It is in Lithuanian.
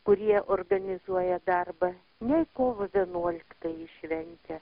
kurie organizuoja darbą nei kovo vienuoliktoji šventė